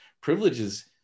privileges